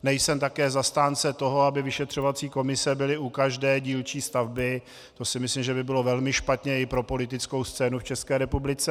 Nejsem také zastánce toho, aby vyšetřovací komise byly u každé dílčí stavby, to si myslím, že by bylo velmi špatně i pro politickou scénu v České republice.